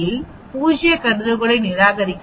05 இல் பூஜ்ய கருதுகோளை நிராகரிக்கவும்